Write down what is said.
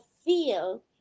feel